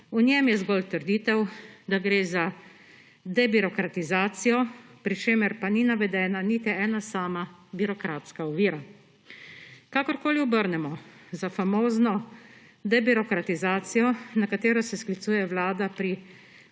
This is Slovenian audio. v njem je zgolj trditev, da gre za debirokratizacijo, pri čemer pa ni navedena niti ena sama birokratska ovira. Kakorkoli obrnemo, za famozno debirokratizacijo, na katero se sklicuje Vlada pri